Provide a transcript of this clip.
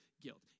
guilt